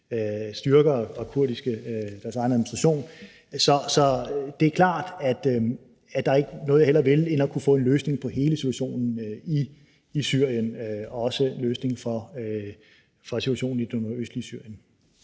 som har deres egen administration. Så det er klart, at der ikke er noget, jeg hellere ville end at få en løsning på hele situationen i Syrien, også en løsning på hele situationen i det nordøstlige Syrien.